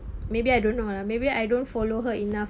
maybe I don't know lah maybe I don't follow her enough